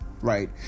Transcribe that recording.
right